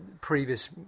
previous